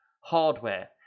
hardware